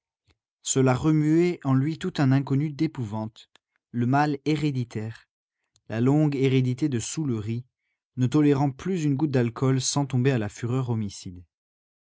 cela remuait en lui tout un inconnu d'épouvante le mal héréditaire la longue hérédité de soûlerie ne tolérant plus une goutte d'alcool sans tomber à la fureur homicide